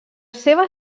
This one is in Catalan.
seva